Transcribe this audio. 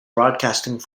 broadcasting